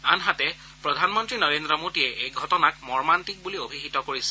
আনহাতে প্ৰধানমন্ত্ৰী নৰেন্দ্ৰ মোদীয়ে এই ঘটনাক মৰ্মান্তিক বুলি অভিহিত কৰিছে